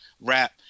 rap